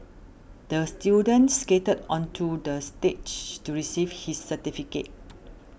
the student skated onto the stage to receive his certificate